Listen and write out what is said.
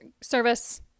service